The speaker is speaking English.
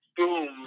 boom